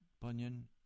Bunyan